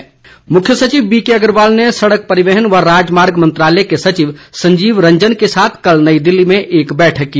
बैठक मुख्य सचिव बीके अग्रवाल ने सड़क परिवहन व राजमार्ग मंत्रालय के सचिव संजीव रंजन के साथ कल नई दिल्ली में एक बैठक की